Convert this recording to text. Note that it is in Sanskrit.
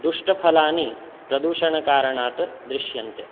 दुष्टफलानि प्रदूषणकारणात् दृश्यन्ते